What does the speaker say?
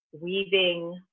weaving